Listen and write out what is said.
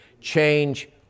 change